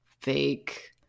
fake